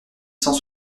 cent